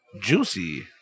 juicy